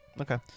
Okay